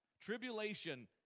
tribulation